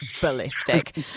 ballistic